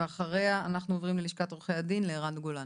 ואחריה אנחנו עוברים ללשכת עורכי הדין, לערן גולן.